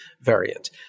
variant